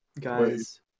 Guys